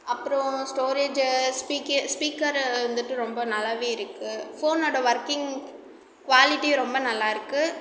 அப்புறோம் ஸ்டோரேஜு ஸ்பீக்கி ஸ்பீக்கர் வந்துட்டு ரொம்ப நல்லாவே இருக்குது ஃபோனோட ஒர்க்கிங் குவாலிட்டியும் ரொம்ப நல்லாயிருக்கு